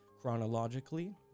chronologically